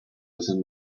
within